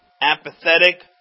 apathetic